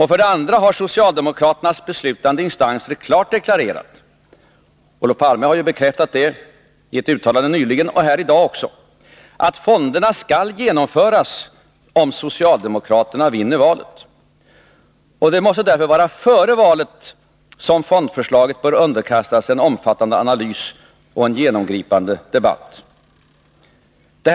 För det andra har socialdemokraternas beslutande instanser klart deklarerat — Olof Palme har bekräftat detta i ett uttalande nyligen och här i dag — att fonderna skall genomföras om socialdemokraterna vinner valet. Det måste därför vara före valet som fondförslaget skall underkastas en omfattande analys och en genomgripande debatt.